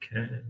Okay